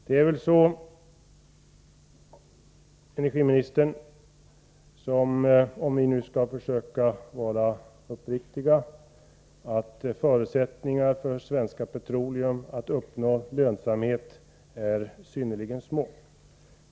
Det är väl så, energiministern, om vi nu skall försöka vara uppriktiga, att förutsättningar för SP att uppnå lönsamhet är synnerligen små.